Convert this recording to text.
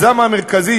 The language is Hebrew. היזם המרכזי,